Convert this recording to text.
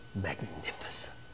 magnificent